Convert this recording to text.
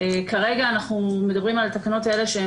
כרגע אנחנו מדברים על התקנות האלה שהן